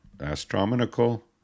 astronomical